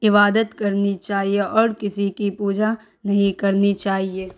عبادت کرنی چاہیے اور کسی کی پوجا نہیں کرنی چاہیے